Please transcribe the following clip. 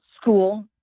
school